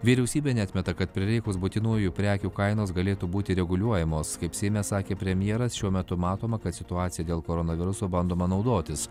vyriausybė neatmeta kad prireikus būtinųjų prekių kainos galėtų būti reguliuojamos kaip seime sakė premjeras šiuo metu matoma kad situacija dėl koronaviruso bandoma naudotis